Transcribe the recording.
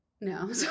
No